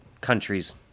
countries